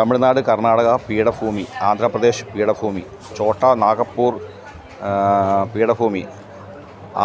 തമിഴ്നാട് കർണാടക പീഠ ഭൂമി ആന്ധ്രാപ്രദേശ് പീഠ ഭൂമി ഛോട്ടാ നാഗപ്പൂർ പീഠഭൂമി